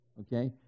okay